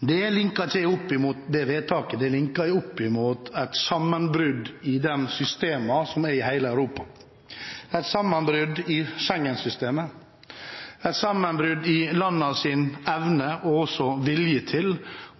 Det linker jeg ikke til det vedtaket, det linker jeg til et sammenbrudd i de systemene som er i hele Europa, et sammenbrudd i Schengen-systemet, et sammenbrudd i landenes evne og også vilje til